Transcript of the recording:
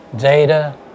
data